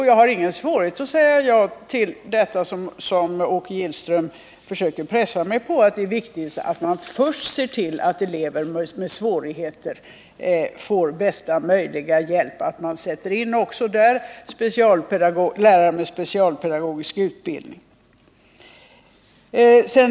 Jag har ingen svårighet att lämna det besked som Åke Gillström försökte pressa mig på, nämligen att jag anser att det är viktigt att man först ser till att elever med svårigheter får bästa möjliga hjälp, att man också där sätter in lärare med speciell pedagogisk utbildning.